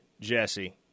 Jesse